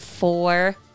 Four